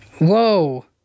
Whoa